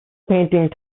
painting